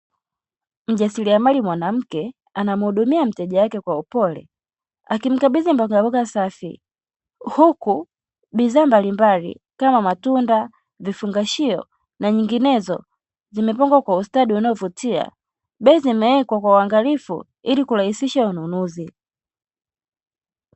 Mjasiliamali mwanamke anamuhudumia mteja wake kwa upole, akimkabidhi mbogamboga safi, huku bidhaa mbalimbali kama matunda, vifungashio na nyinginezo zimepangwa kwa ustadi unaovutia, bei zimewekwa ili kurahisisha ununuzi.